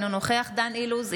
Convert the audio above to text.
אינו נוכח דן אילוז,